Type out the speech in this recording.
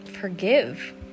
forgive